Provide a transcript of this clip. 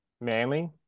Manly